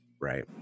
Right